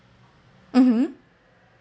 mmhmm